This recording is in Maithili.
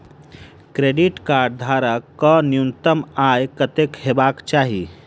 क्रेडिट कार्ड धारक कऽ न्यूनतम आय कत्तेक हेबाक चाहि?